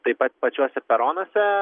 taip pat pačiuose peronuose